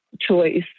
choice